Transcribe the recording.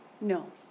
No